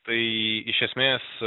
tai iš esmės